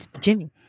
Jimmy